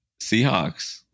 Seahawks